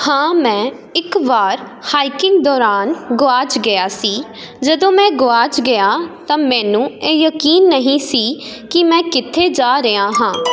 ਹਾਂ ਮੈਂ ਇੱਕ ਵਾਰ ਹਾਈਕਿੰਗ ਦੌਰਾਨ ਗੁਆਚ ਗਿਆ ਸੀ ਜਦੋਂ ਮੈਂ ਗੁਆਚ ਗਿਆ ਤਾਂ ਮੈਨੂੰ ਇਹ ਯਕੀਨ ਨਹੀਂ ਸੀ ਕਿ ਮੈਂ ਕਿੱਥੇ ਜਾ ਰਿਹਾ ਹਾਂ